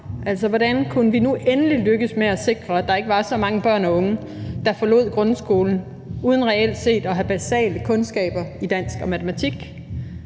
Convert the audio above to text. arv: Hvordan kunne vi nu endelig lykkes med at sikre, at der ikke var så mange børne og unge, der forlod grundskolen uden reelt at have basale kundskaber i dansk og matematik?